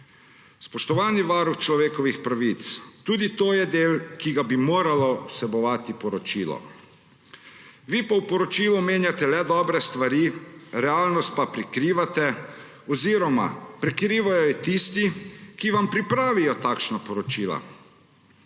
Spoštovani varuh človekovih pravic, tudi to je del, ki bi ga moralo vsebovati poročilo, vi pa v poročilu omenjate le dobre stvari, realnost pa prikrivate oziroma prekrivajo jo tisti, ki vam pripravijo takšna poročila.